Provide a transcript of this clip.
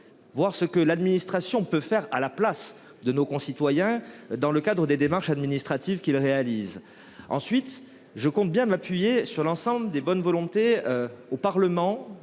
voir ce que l’administration peut faire à la place de nos concitoyens dans le cadre des démarches administratives qu’ils réalisent. Ensuite, je compte sur l’ensemble des bonnes volontés au Parlement